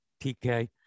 TK